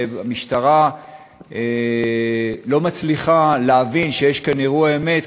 והמשטרה לא מצליחה להבין שיש כאן אירוע אמת,